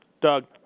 Doug